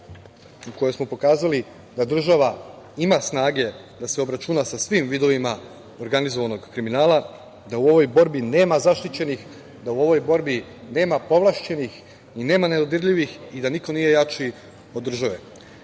u kojoj smo pokazali da država ima snage da se obračuna sa svim vidovima organizovanog kriminala, da u ovoj borbi nema zaštićenih, da u ovoj borbi nema povlašćenih i nema nedodirljivih i da niko nije jači od